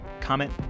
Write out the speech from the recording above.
comment